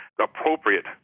appropriate